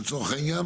לצורך העניין,